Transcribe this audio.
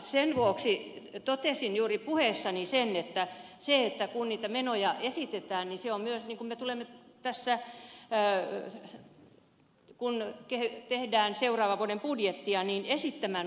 sen vuoksi totesin juuri puheessani sen että kun niitä menoja esitetään niin me tulemme tässä esittämään omaa vaihtoehtobudjettia kun tehdään seuraavan vuoden budjettia